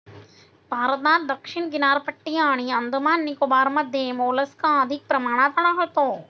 भारतात दक्षिण किनारपट्टी आणि अंदमान निकोबारमध्ये मोलस्का अधिक प्रमाणात आढळतो